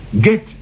Get